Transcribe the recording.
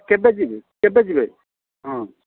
କେବେ ଯିବେ କେବେ ଯିବେ ହଁ